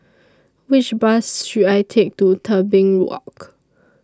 Which Bus should I Take to Tebing Walk